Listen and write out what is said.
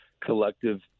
collective